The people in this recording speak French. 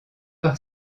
par